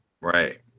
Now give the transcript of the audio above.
right